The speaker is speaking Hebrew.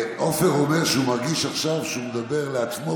עופר אומר שהוא מרגיש עכשיו שהוא מדבר לעצמו,